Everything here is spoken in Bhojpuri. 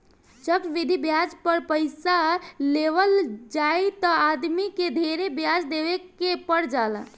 चक्रवृद्धि ब्याज पर पइसा लेवल जाए त आदमी के ढेरे ब्याज देवे के पर जाला